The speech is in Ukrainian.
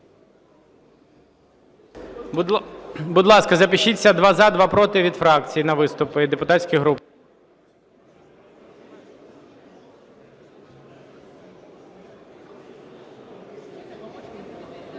Будь ласка, запишіться: два – за, два – проти від фракцій на виступи і депутатських груп.